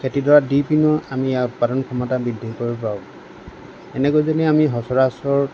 খেতিডৰাত দিপিনেও আমি ইয়াত উৎপাদন ক্ষমতা বৃদ্ধি কৰিব পাৰোঁ এনেকৈ যদি আমি সচৰাচৰ